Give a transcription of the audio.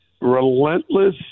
relentless